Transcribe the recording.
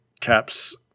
Cap's